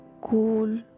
Cool